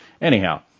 Anyhow